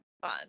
fun